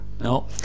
No